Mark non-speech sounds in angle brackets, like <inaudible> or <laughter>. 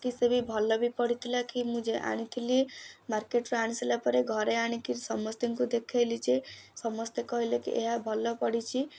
କି ସେ ବି ଭଲ ବି ପଡ଼ିଥିଲା କି ମୁଁ <unintelligible> ଆଣିଥିଲି ମାର୍କେଟ୍ରୁ ଆଣି ସାରିଲା ପରେ ଘରେ ଆଣିକିରି ସମସ୍ତିଙ୍କୁ ଦେଖାଇଲି ଯେ ସମସ୍ତେ କହିଲେ କି ଏହା ଭଲ ପଡ଼ିଚି